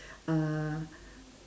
uh